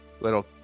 little